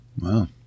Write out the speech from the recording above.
wow